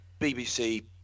BBC